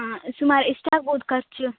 ಹಾಂ ಸುಮಾರು ಎಷ್ಟು ಆಗ್ಬೌದು ಖರ್ಚು